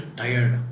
tired